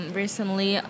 recently